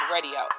Radio